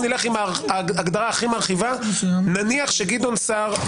נלך עם ההגדרה הכי מרחיבה נניח שגדעון סער,